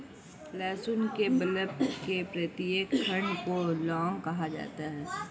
लहसुन के बल्ब के प्रत्येक खंड को लौंग कहा जाता है